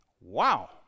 Wow